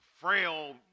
frail